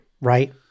right